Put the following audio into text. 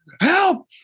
Help